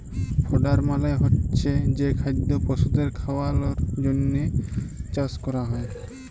fodder মালে হচ্ছে যে খাদ্য পশুদের খাওয়ালর জন্হে চাষ ক্যরা হ্যয়